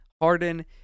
Harden